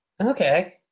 Okay